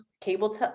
cable